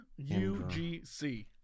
UGC